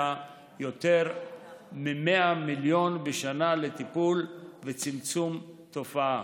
יותר מ-100 מיליון שקלים בשנה לטיפול וצמצום התופעה.